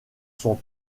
sont